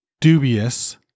dubious